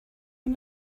and